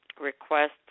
request